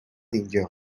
اونجا